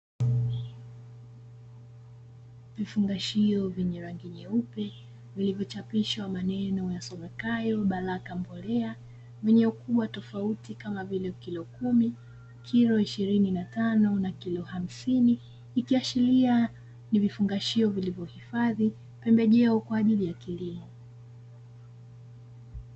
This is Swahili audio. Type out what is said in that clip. Vifungashio vyenye rangi nyeupe, vilivyochapishwa maneno yasomekayo "Baraka mbolea", vyenye ukubwa tofauti kama kilo kumi, kilo ishirini na tano na kilo hamsini. Ikiashiria ni vifungashio vilivyohifadhi pembejeo kwa ajili ya kilimo.